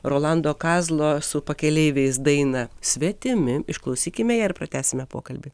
rolando kazlo su pakeleiviais dainą svetimi išklausykime ją ir pratęsime pokalbį